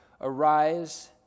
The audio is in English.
Arise